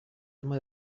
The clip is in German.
immer